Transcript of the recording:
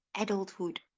adulthood